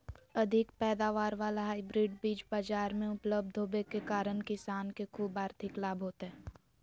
अधिक पैदावार वाला हाइब्रिड बीज बाजार मे उपलब्ध होबे के कारण किसान के ख़ूब आर्थिक लाभ होतय